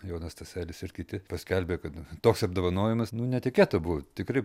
jonas staselis ir kiti paskelbė kad toks apdovanojimas nu netikėta buvo tikrai